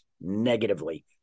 negatively